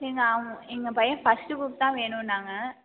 எங்கள் அவுங்க எங்கள் பையன் ஃபர்ஸ்ட்டு க்ரூப் தான் வேணுனாங்க